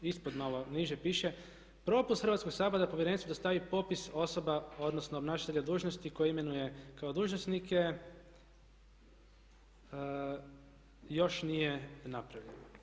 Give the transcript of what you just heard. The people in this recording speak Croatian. Ispod malo niže piše propust Hrvatskog sabora je da Povjerenstvu dostavi popis osoba, odnosno obnašatelja dužnosti koje imenuje kao dužnosnike još nije napravljeno.